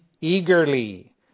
eagerly